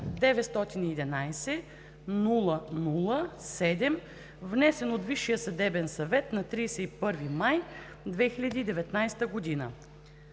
911-00-7, внесен от Висшия съдебен съвет на 31 май 2019 г.